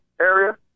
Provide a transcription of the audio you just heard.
area